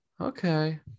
okay